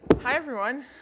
hi, everyone.